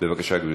אדוני היושב-ראש.